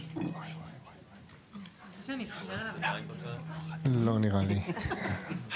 אני יודע כמה באמת יושב הראש היית בנושא הזה באמת קשוב.